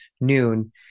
noon